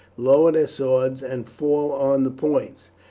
lower their swords and fall on the points.